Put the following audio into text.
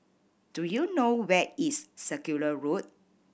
do you know where is Circular Road